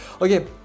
okay